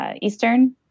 Eastern